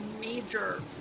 major